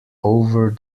over